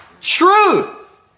truth